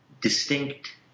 distinct